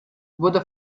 wurde